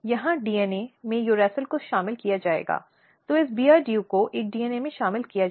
ताकि उसे अपशब्द या अपमानित न किया जाए